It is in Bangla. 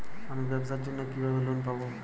আমি ব্যবসার জন্য কিভাবে লোন পাব?